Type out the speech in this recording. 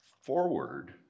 forward